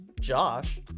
Josh